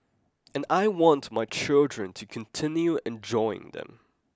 and I want my children to continue enjoying them